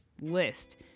list